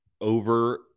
over